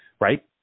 Right